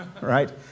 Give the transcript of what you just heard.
right